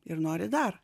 ir nori dar